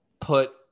put